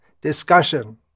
discussion